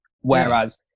Whereas